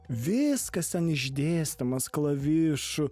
viskas ten išdėstomas klavišu